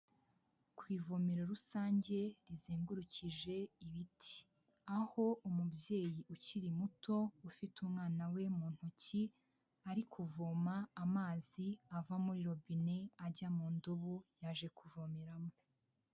Ku ivomero rusange rizengurukije ibiti, aho umubyeyi ukiri muto ufite umwana we mu ntoki ari kuvoma amazi ava muri robine, ajya mu ndobo yaje kuvomeramo.